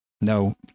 No